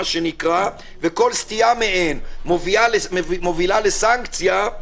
וכל סטייה מהן מובילה לסנקציה,